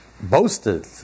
boasted